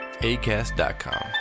ACAST.com